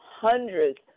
hundreds